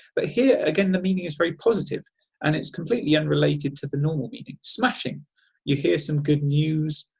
but here, again, the meaning is very positive and it's completely unrelated to the normal meaning. smashing you hear some good news,